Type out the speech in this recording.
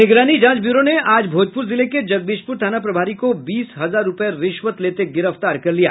निगरानी जांच ब्यूरो ने आज भोजपुर जिले के जगदीशपुर थाना प्रभारी को बीस हजार रूपये रिश्वत लेते गिरफ्तार कर लिया